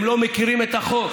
הם לא מכירים את החוק.